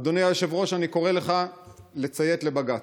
אדוני היושב-ראש, אני קורא לך לציית לבג"ץ.